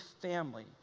family